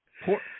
Poor